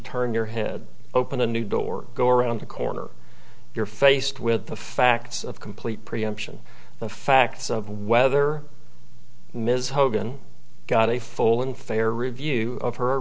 turn your head open a new door go around the corner you're faced with the facts of complete preemption the facts of whether ms hogan got a full and fair review